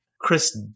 Chris